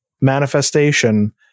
manifestation